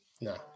no